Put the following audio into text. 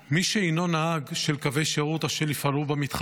מי שהינו נהג של קווי שירות אשר יפעלו במתחם